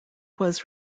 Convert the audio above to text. was